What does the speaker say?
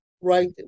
right